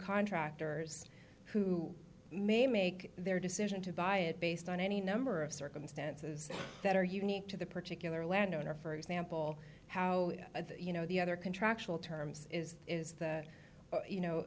contractors who may make their decision to buy it based on any number of circumstances that are unique to the particular landowner for example how you know the other contractual terms is is that you know